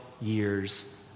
years